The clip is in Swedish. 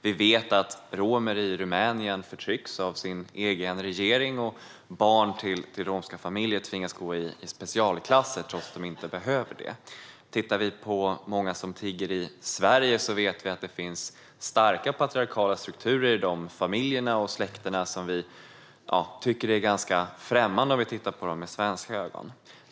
Vi vet att romer i Rumänien förtrycks av sin egen regering och att barn till romska familjer tvingas gå i specialklasser trots att de inte behöver det. Bland dem som tigger i Sverige vet vi att det finns starka patriarkala strukturer i familjerna och släkterna, som vi tycker är ganska främmande när vi tittar på dem med svenska ögon.